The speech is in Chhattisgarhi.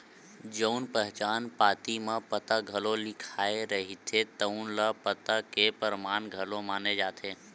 जउन पहचान पाती म पता घलो लिखाए रहिथे तउन ल पता के परमान घलो माने जाथे